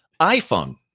iPhone